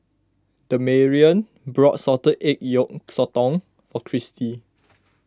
Damarion bought Salted Egg Yolk Sotong for Chrissie